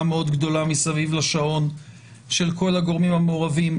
המאוד גדולה מסביב לשעון של כל הגורמים המעורבים.